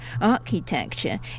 architecture